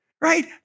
right